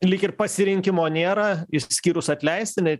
lyg ir pasirinkimo nėra išskyrus atleisti